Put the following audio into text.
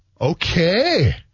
Okay